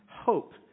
hope